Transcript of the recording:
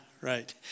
right